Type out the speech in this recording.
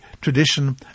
tradition